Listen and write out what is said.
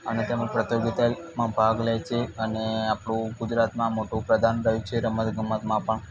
અને તેમાં પ્રતિયોગીતામાં ભાગ લે છે અને આપણું ગુજરાતમાં મોટું પ્રદાન રહ્યું છે રમત ગમતમાં પણ